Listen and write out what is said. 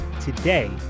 today